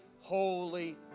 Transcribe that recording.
holy